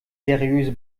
seriöse